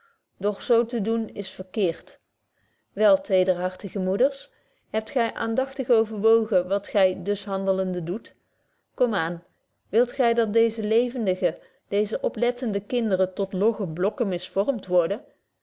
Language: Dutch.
zo te doen is verkeert wel tederhartige moeders hebt gy aandagtig overwogen wat gy dus handelende doet kom aan wilt gy dat deeze levendige deeze oplettende kinderen tot logge blokken misvormt worden